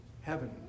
heaven